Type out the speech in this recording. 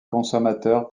consommateur